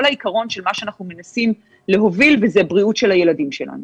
העיקרון של מה שאנחנו מנסים להוביל וזה הבריאות של הילדים שלנו.